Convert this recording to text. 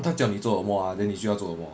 他叫你做么啊 then 你需要